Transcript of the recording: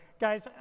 guys